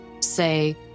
say